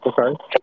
Okay